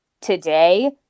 today